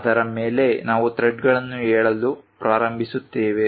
ಅದರ ಮೇಲೆ ನಾವು ಥ್ರೆಡ್ಗಳನ್ನು ಹೇಳಲು ಪ್ರಾರಂಭಿಸುತ್ತೇವೆ